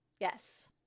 Yes